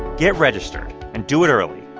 get registered and do it early.